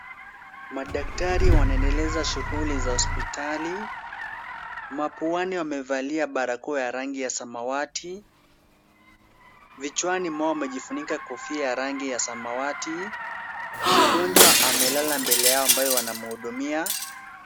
Madaktari wanaendeleza shughuli za hospitali. Mapuani wamevalia barakoa ya rangi ya samawati. Vichwani mwao wamevalia kofia ya rangi ya samawati. Mgonjwa amelala mbele yao ambaye wanamhudumia.